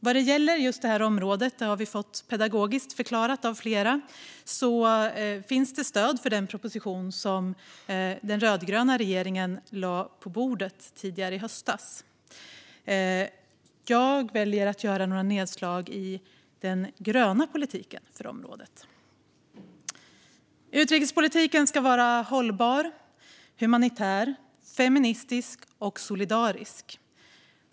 Vad gäller just det här budgetområdet, har vi fått pedagogiskt förklarat av flera, finns det stöd för den proposition som den rödgröna regeringen lade på riksdagens bord tidigare i höstas. Jag väljer att göra några nedslag i den gröna politiken på området. Utrikespolitiken ska vara hållbar, humanitär, feministisk och solidarisk.